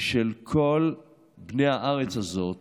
של כל בני הארץ הזאת